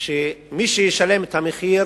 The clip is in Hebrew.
שמי שישלם את המחיר